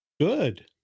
Good